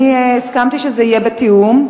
אני הסכמתי שזה יהיה בתיאום.